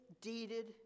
deeded